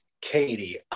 Katie